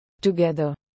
Together